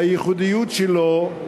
בייחודיות שלו,